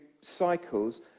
cycles